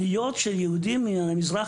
עליות של יהודים מהמזרח,